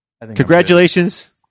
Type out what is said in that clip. Congratulations